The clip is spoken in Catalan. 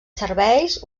serveis